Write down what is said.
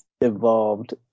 evolved